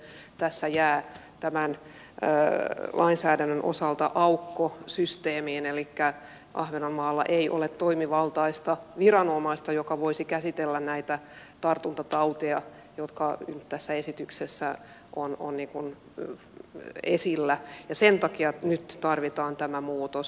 muuten tässä jää tämän lainsäädännön osalta aukko systeemiin elikkä ahvenanmaalla ei ole toimivaltaista viranomaista joka voisi käsitellä näitä tartuntatauteja jotka tässä esityksessä ovat esillä ja sen takia nyt tarvitaan tämä muutos